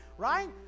right